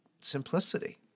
simplicity